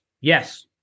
yes